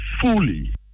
fully